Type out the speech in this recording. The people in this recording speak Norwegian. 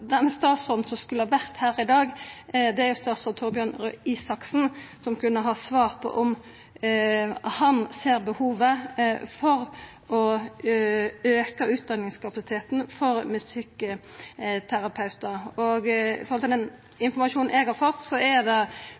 den statsråden som skulle vore her i dag, er statsråd Torbjørn Røe Isaksen, som kunne ha svart på om han ser behovet for å auka utdanningskapasiteten for musikkterapeutar. Ut frå den informasjonen eg har fått, er det